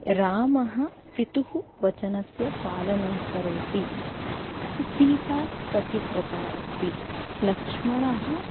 रामः पितुः वचनस्य पालनं करोति सीता पतिव्रता अस्ति लक्ष्मणः